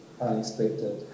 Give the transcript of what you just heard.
unexpected